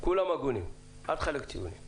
כולם הגונים, אל תחלק ציונים.